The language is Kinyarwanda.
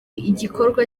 igikorwa